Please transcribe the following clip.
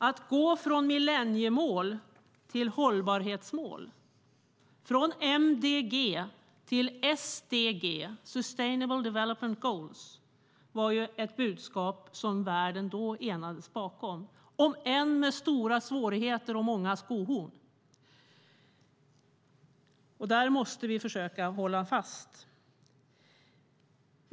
Att gå från millenniemål till hållbarhetsmål, från MDG till SDG - sustainable development goals - var ett budskap som världen då enades bakom, om än med stora svårigheter och många skohorn. Vi måste försöka hålla fast vid detta.